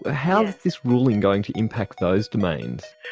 how is this ruling going to impact those domains?